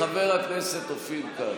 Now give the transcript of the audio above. חבר הכנסת אופיר כץ.